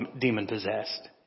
demon-possessed